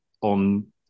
on